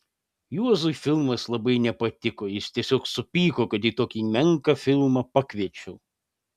juozui filmas labai nepatiko jis tiesiog supyko kad į tokį menką filmą pakviečiau